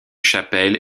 chapelle